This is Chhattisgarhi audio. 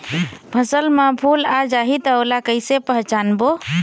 फसल म फूल आ जाही त ओला कइसे पहचानबो?